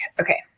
Okay